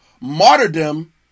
martyrdom